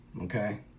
Okay